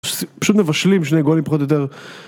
פשוט מבשלים שני גולים פחות או יותר